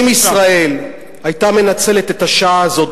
אם ישראל היתה מנצלת את השעה הזאת,